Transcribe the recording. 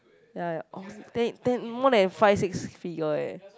ya oh then then more than five six figure eh